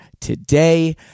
today